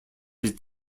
this